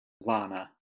Lana